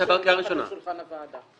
בהצעת החוק שמונחת על שולחן הוועדה.